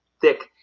thick